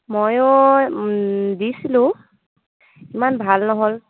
ময়ো দিছিলোঁ ইমান ভাল নহ'ল